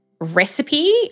recipe